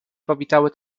powitały